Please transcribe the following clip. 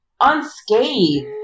unscathed